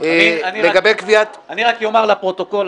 אני רק יאמר לפרוטוקול.